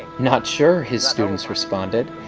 not sure, his students responded.